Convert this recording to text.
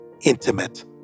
intimate